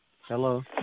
Hello